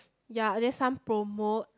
ya and then some promote